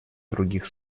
других